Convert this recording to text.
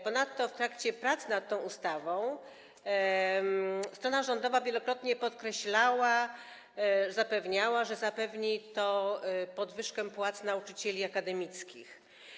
Ponadto w trakcie prac nad tą ustawą strona rządowa wielokrotnie podkreślała, zapewniała, że zapewni to podwyżkę płac nauczycieli akademickich.